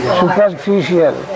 superficial